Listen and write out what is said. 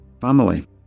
Family